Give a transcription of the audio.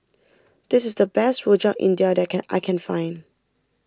this is the best Rojak India that can I can find